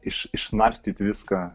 iš išnarstyt viską